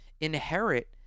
inherit